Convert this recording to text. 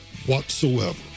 Whatsoever